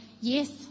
yes